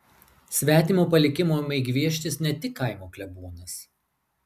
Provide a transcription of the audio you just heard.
svetimo palikimo ėmė gvieštis ne tik kaimo klebonas